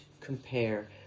compare